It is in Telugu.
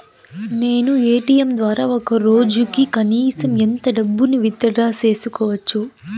నేను ఎ.టి.ఎం ద్వారా ఒక రోజుకి కనీసం ఎంత డబ్బును విత్ డ్రా సేసుకోవచ్చు?